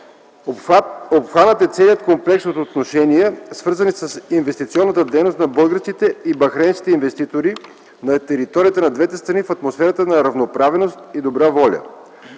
Обхванат е целият комплекс от отношения, свързани с инвестиционната дейност на българските и бахрейнските инвеститори на територията на двете страни в атмосфера на равнопоставеност и добра воля.